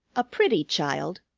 a pretty child,